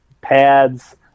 pads